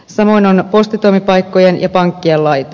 samoin on postitoimipaikkojen ja pankkien laita